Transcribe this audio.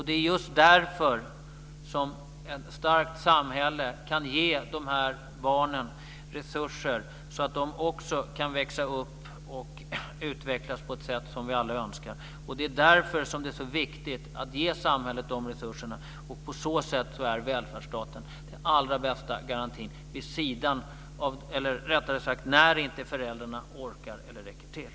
Det är just därför som ett starkt samhälle kan ge de här barnen resurser så att de också kan växa upp och utvecklas på ett sätt som vi alla önskar. Det är därför det är så viktigt att ge samhället de resurserna. På så sätt är välfärdsstaten den allra bästa garantin när inte föräldrarna orkar eller räcker till.